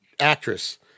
actress